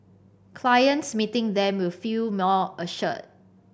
clients meeting them will feel more assured